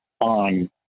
on